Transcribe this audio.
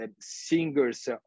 singers